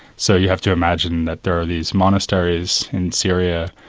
so you have to imagine that there are these monasteries in syria,